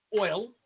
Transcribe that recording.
oil